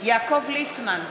יעקב ליצמן,